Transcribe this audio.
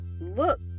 look